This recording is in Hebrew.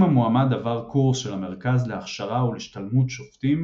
אם המועמד עבר קורס של המרכז להכשרה ולהשתלמות שופטים,